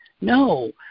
no